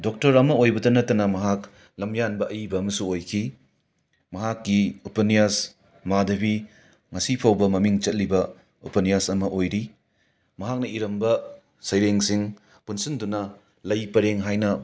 doctor ꯑꯃ ꯑꯣꯏꯕꯇ ꯅꯠꯇꯅ ꯃꯍꯥꯛ ꯂꯝꯌꯥꯟꯕ ꯑꯏꯕ ꯑꯃꯁꯨ ꯑꯣꯏꯈꯤ ꯃꯍꯥꯛꯀꯤ ꯎꯄꯅ꯭ꯌꯥꯁ ꯃꯥꯙꯕꯤ ꯉꯁꯤꯐꯥꯎꯕ ꯃꯃꯤꯡ ꯆꯠꯂꯤꯕ ꯎꯄꯅꯤꯌꯥꯁ ꯑꯃ ꯑꯣꯏꯔꯤ ꯃꯍꯥꯛꯅ ꯏꯔꯝꯕ ꯁꯩꯔꯦꯡꯁꯤꯡ ꯄꯨꯟꯁꯤꯟꯗꯨꯅ ꯂꯩ ꯄꯔꯦꯡ ꯍꯥꯏꯅ